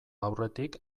aurretik